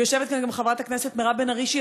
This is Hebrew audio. ויושבת כאן גם חברת הכנסת מירב בן ארי,